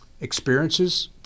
experiences